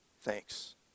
Thanks